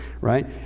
right